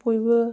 बयबो